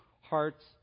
hearts